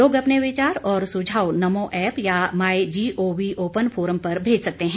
लोग अपने विचार और सुझाव नमो ऐप या माई जीओवी ओपन फोरम पर भेज सकते हैं